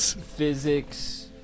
Physics